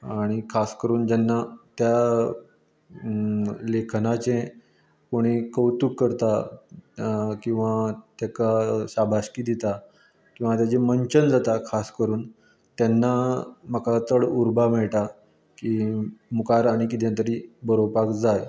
आनी खास करून जेन्ना त्या लेखनाचे कोणी कवतुक करता किंवां तेका शाबासकी दिता किंवां तेची मंचन जाता खास करून तेन्ना म्हाका चड उर्बा मेळटा की मुखार आनी कितें तरी बरोवपाक जाय